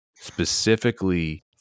specifically